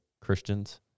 Christians